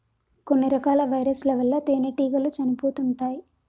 కొన్ని రకాల వైరస్ ల వల్ల తేనెటీగలు చనిపోతుంటాయ్